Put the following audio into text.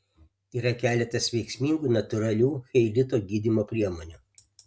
yra keletas veiksmingų natūralių cheilito gydymo priemonių